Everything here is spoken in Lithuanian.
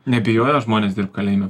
nebijojo žmonės dirbt kalėjime